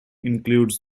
includes